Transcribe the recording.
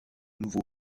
nouveau